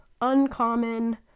uncommon